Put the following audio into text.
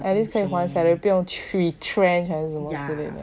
at least 可以还 salary 不用去 trend 还是什么之类的